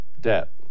debt